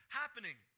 happening